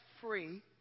free